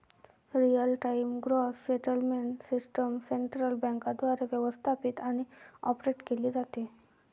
real time gross settlement system central बँकेद्वारे व्यवस्थापित आणि ऑपरेट केली जाते